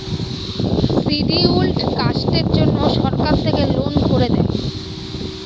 scheduled কাস্টের জন্য সরকার থেকে লোন করে দেয়